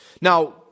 Now